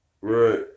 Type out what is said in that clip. Right